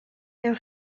now